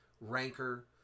rancor